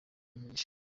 umugisha